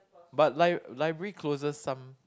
but li~ library closes some